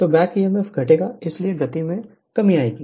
तो back EMF घटेगा इसलिए गति में कमी आएगी